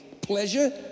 pleasure